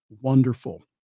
wonderful